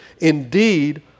Indeed